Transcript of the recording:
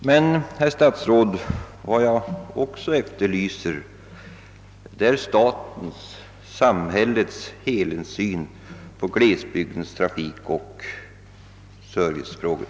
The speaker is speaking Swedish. Men, herr statsråd, jag efterlyser också statens -— samhällets — helhetssyn när det gäller glesbygdens trafikoch servicefrågor.